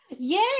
Yay